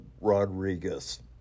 Rodriguez